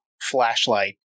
flashlight